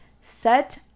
Set